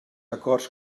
acords